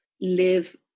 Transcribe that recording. live